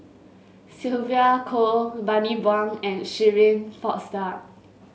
Sylvia Kho Bani Buang and Shirin Fozdar